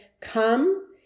come